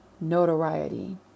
notoriety